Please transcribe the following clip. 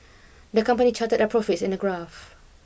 the company charted their profits in a graph